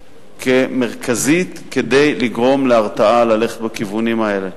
כמרכזי כדי לגרום להרתעה ללכת בכיוונים האלה.